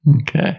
Okay